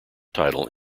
title